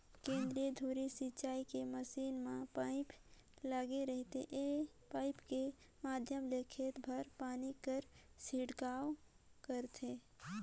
केंद्रीय धुरी सिंचई के मसीन म पाइप लगे रहिथे ए पाइप के माध्यम ले खेत भर पानी कर छिड़काव करथे